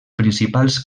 principals